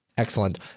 Excellent